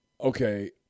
Okay